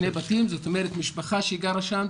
זאת אומרת משפחה שגרה שם,